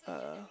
uh